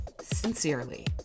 sincerely